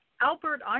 Albert